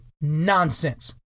nonsense